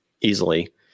easily